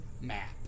map